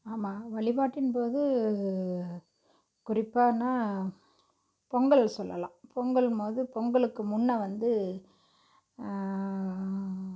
ஆமாம் வழிபாட்டின்போது குறிப்பான்னால் பொங்கல் சொல்லலாம் பொங்கல் போது பொங்கலுக்கு முன்னே வந்து